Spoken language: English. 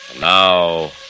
Now